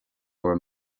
bhur